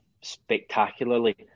spectacularly